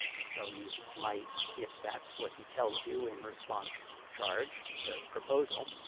so you might if that's what he tells you in response to the charge, the proposal,